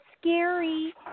scary